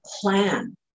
plan